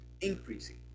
increasing